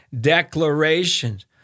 declarations